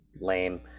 Lame